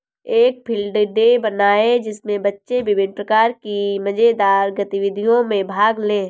एक field day बनाएं जिसमें बच्चे विभिन्न प्रकार की मजेदार गतिविधियों में भाग लें